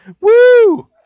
Woo